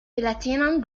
platinum